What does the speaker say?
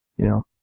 you know?